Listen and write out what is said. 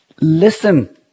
Listen